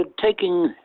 taking